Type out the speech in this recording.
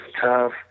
tough